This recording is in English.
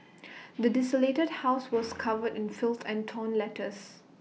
the desolated house was covered in filth and torn letters